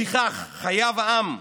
לפיכך חייב העם,